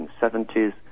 1970s